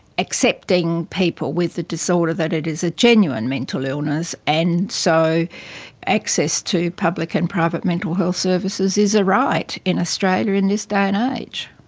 accepting people with the disorder, that it is a genuine mental illness, and so access to public and private mental health services is a right in australia in this day and age.